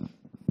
חברי הכנסת,